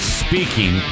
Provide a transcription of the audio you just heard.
speaking